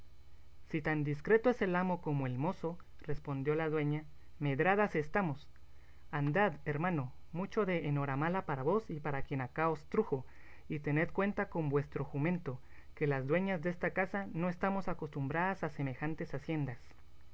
si tan discreto es el amo como el mozo respondió la dueña medradas estamos andad hermano mucho de enhoramala para vos y para quien acá os trujo y tened cuenta con vuestro jumento que las dueñas desta casa no estamos acostumbradas a semejantes haciendas